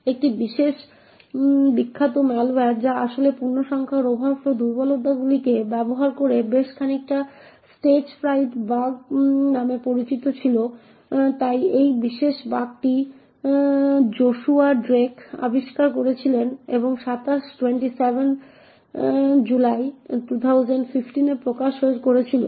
একটি বেশ বিখ্যাত ম্যালওয়্যার যা আসলে পূর্ণসংখ্যার ওভারফ্লো দুর্বলতাগুলিকে ব্যবহার করে বেশ খানিকটা স্টেজফ্রাইট বাগ নামে পরিচিত ছিল তাই এই বিশেষ বাগটি জোশুয়া ড্রেক আবিষ্কার করেছিলেন এবং 27শে জুলাই 2015 এ প্রকাশ করেছিলেন